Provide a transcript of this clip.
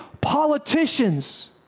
politicians